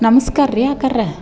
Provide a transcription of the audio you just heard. ನಮ್ಸ್ಕಾರ ರೀ ಅಕ್ಕವ್ರೆ